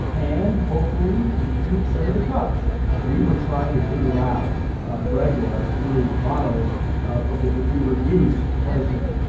and hopefully recoup some of the costs we were trying to figure out greg was through models of, ok, if we reduce pricing,